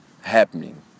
happening